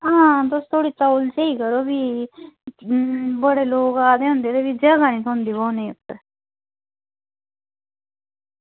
आं तुस थोह्ड़ा तौल ई करो भी बड़े लोग आए दे होंदे भी जगह निं थ्होंदी